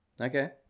Okay